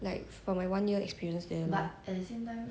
like for my one year experience there